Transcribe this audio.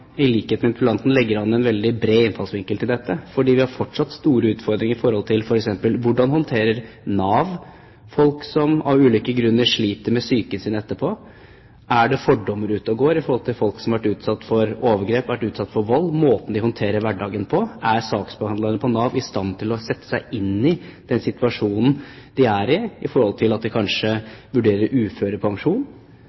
i likhet med interpellanten, legger an en veldig bred innfallsvinkel til dette, for vi har fortsatt store utfordringer i forhold til hvordan f.eks. Nav håndterer folk som av ulike grunner sliter med psyken sin i etterkant. Er det fordommer ute og går overfor folk som har vært utsatt for overgrep og vold – måten de håndterer hverdagen på? Er saksbehandlere i Nav i stand til å sette seg inn i den situasjonen man er i, med tanke på om man kanskje vurderer uførepensjon? Er Nav i stand til